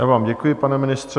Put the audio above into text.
Já vám děkuji, pane ministře.